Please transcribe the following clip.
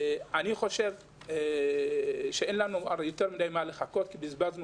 אני חושב שאין לנו יותר מדיי מה לחכות כי בזבזנו